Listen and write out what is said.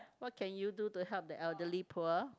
what can you do to help the elderly poor